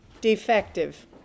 Defective